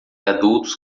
adultos